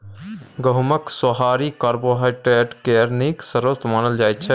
गहुँमक सोहारी कार्बोहाइड्रेट केर नीक स्रोत मानल जाइ छै